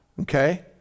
okay